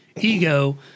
ego